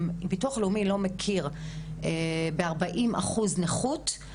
ביטוח לאומי לא מכיר ב-40 אחוז נכות,